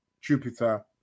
Jupiter